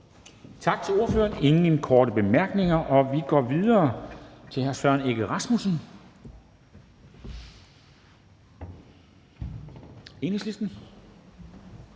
Tak til ordføreren. Der er ingen korte bemærkninger. Og vi går videre til hr. Søren Egge Rasmussen,